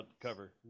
cover